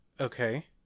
Okay